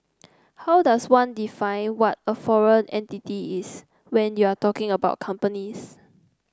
how does one define what a foreign entity is when you're talking about companies